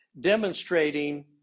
demonstrating